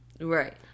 right